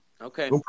Okay